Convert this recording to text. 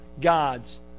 God's